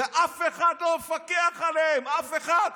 ואף אחד לא מפקח עליהם, אף אחד.